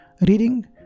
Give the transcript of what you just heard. reading